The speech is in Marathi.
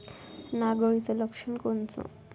नाग अळीचं लक्षण कोनचं?